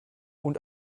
und